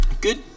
Good